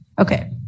Okay